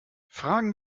fragen